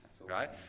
right